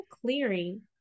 clearing